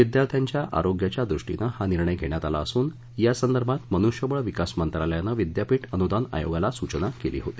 विद्यार्थ्यांच्या आरोग्याच्या दृष्टीनं हा निर्णय घेण्यात आला असुन यासंदर्भात मनृष्यबळ विकास मंत्रालयानं विद्यापीठ अनुदान आयोगाला सूचना केली होती